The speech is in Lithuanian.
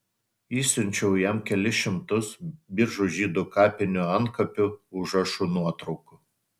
išsiunčiau jam kelis šimtus biržų žydų kapinių antkapių užrašų nuotraukų